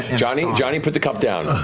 and johnny, johnny put the cup down.